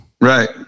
Right